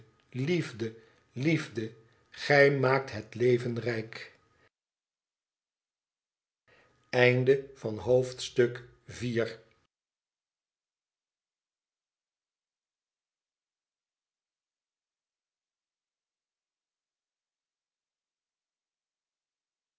liefde liefde gij maakt het leven rijk